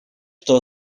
что